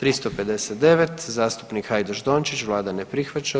359. zastupnik Hajdaš Dončić, vlada ne prihvaća.